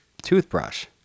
Toothbrush